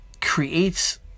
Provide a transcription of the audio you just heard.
creates